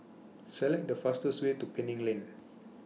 Select The fastest Way to Penang Lane